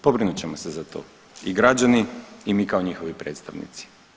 Pobrinut ćemo se za to i građani i mi kao njihovi predstavnici.